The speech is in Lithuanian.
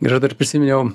ir aš dar prisiminiau